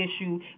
issue